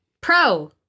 Pro